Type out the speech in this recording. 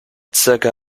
circa